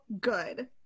good